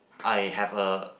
I have a